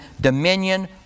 dominion